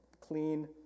clean